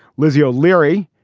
lizzie o'leary,